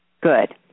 Good